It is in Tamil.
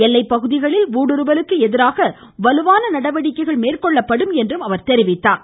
எல்லைப் பகுதிகளில் ஊடுருவலுக்கு எதிராக வலுவான நடவடிக்கைகள் மேற்கொள்ளப்படும் என்று குறிப்பிட்டார்